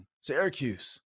Syracuse